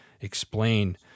explain